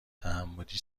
تعمدی